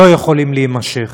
לא יכולים להימשך.